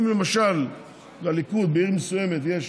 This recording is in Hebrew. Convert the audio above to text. אם למשל לליכוד בעיר מסוימת יש